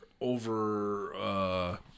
over